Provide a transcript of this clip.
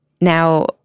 Now